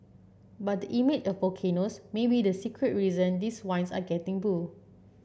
but the image of volcanoes may be the secret reason these wines are getting bu